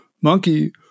monkey